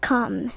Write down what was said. Come